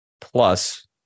plus